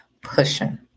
pushing